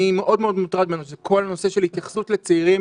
מאוד-מאוד מוטרד ממנו והוא כל נושא ההתייחסות לצעירים